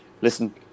listen